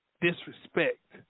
disrespect